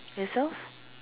yourself